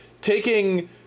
taking